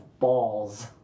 balls